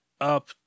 up